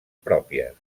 pròpies